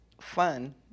fun